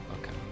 Okay